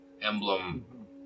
emblem